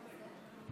אני באמת מתפלא.